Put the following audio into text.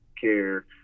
care